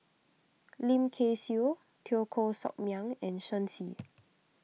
Lim Kay Siu Teo Koh Sock Miang and Shen Xi